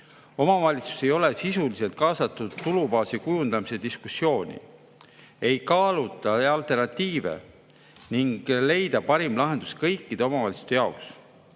Omavalitsusi ei ole sisuliselt kaasatud tulubaasi kujundamise diskussiooni, ei kaaluta alternatiive ehk võimalusi leida parim lahendus kõikide omavalitsuste jaoks.